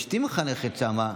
אשתי מחנכת שם,